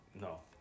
no